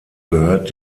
gehört